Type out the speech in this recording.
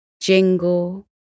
Jingle